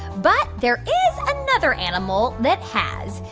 but there is another animal that has.